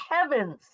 heavens